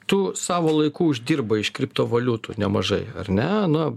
tu savo laiku uždirbai iš kriptovaliutų nemažai ar ne